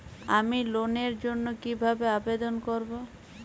আমি লোনের জন্য কিভাবে আবেদন করব?